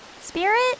Spirit